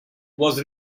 was